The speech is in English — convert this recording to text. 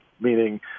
meaning